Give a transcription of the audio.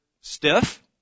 stiff